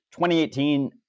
2018